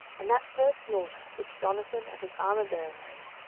and that first slaughter, which jonathan and his armourbearer made,